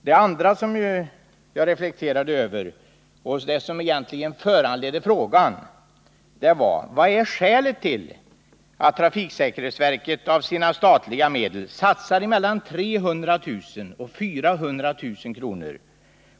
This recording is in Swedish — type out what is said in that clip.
Men det som föranledde min fråga var att jag undrade: Vad är skälet till att trafiksäkerhetsverket av statliga medel satsar mellan 300 000 och 400 000 kr.